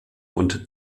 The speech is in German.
und